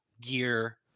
gear